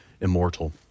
immortal